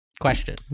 question